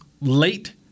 late